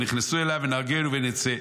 ונכנסנו עליו ונהרגהו ונצא,